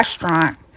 restaurant